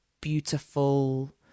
beautiful